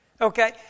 Okay